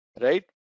right